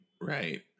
right